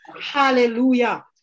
Hallelujah